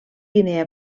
guinea